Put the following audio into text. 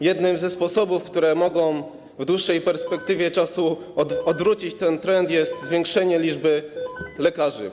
Jednym ze sposobów, który może w dłuższej perspektywie czasu odwrócić ten trend, jest zwiększenie liczby lekarzy.